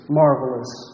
marvelous